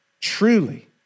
truly